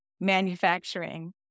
manufacturing